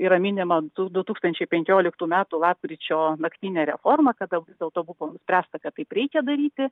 yra minima du tūkstančiai penkioliktų metų lapkričio naktinė reforma kada vis dėlto buvo nuspręsta kad taip reikia daryti